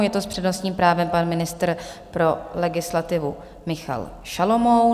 Je to s přednostním právem pan ministr pro legislativu Michal Šalomoun.